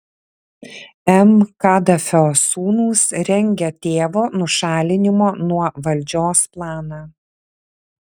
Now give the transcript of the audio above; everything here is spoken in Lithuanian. m kadafio sūnūs rengia tėvo nušalinimo nuo valdžios planą